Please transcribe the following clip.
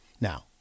Now